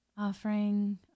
Offering